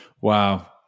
Wow